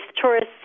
tourists